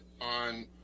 on